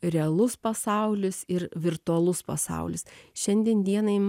realus pasaulis ir virtualus pasaulis šiandien dienai